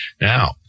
Now